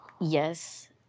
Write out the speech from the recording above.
Yes